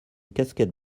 casquette